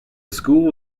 school